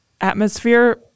atmosphere